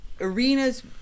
arenas